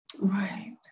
Right